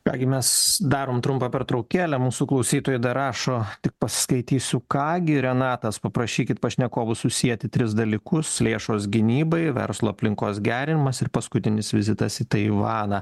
ką gi mes darom trumpą pertraukėlę mūsų klausytojai dar rašo tik paskaitysiu ką gi renatas paprašykit pašnekovų susieti tris dalykus lėšos gynybai verslo aplinkos gerinimas ir paskutinis vizitas į taivaną